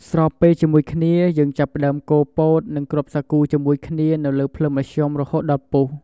ស្របពេលជាមួយគ្នា យើងចាប់ផ្ដើមកូរពោត និងគ្រាប់សាគូជាមួយគ្នានៅលើភ្លើងមធ្យមរហូតដល់ពុះ។